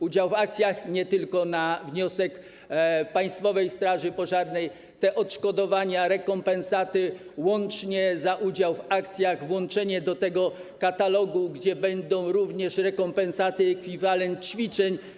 Udział w akcjach nie tylko na wniosek Państwowej Straży Pożarnej, odszkodowania, rekompensaty łącznie za udział w akcjach, włączenie tego do katalogu, gdzie będą również rekompensaty, ekwiwalent ćwiczeń.